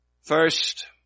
First